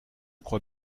crois